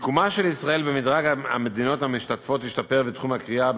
מקומה של ישראל במדרג המדינות המשתתפות השתפר בתחום הקריאה,